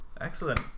Excellent